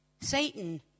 Satan